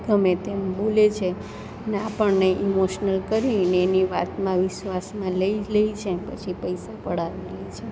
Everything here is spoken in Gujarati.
ગમે તેમ બોલે છે ને આપણને ઈમોશનલ કરીને એની વાતમાં વિશ્વાસમાં લઇ જ લે છે પછી પૈસા પડાવી લે છે